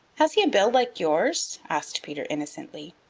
has he a bill like yours? asked peter innocently.